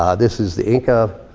um this is the inca